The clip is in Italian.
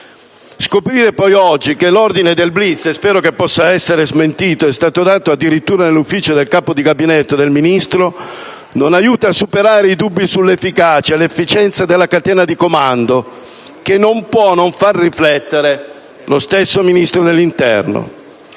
Scoprire poi oggi che l'ordine del *blitz* - e spero che ciò possa essere smentito - è stato dato addirittura dall'ufficio del capo di gabinetto del Ministro non aiuta a superare dubbi sull'efficacia e l'efficienza della catena di comando, cosa che non può non far riflettere lo stesso Ministro dell'interno.